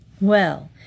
Well